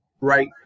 right